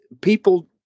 people